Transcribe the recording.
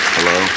Hello